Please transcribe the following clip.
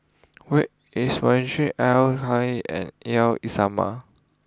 where is Madrasah Al Al Islamiah